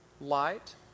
light